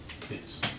please